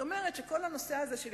זאת אומרת שכל הנושא הזה של